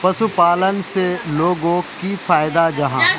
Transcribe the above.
पशुपालन से लोगोक की फायदा जाहा?